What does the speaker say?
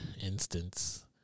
instance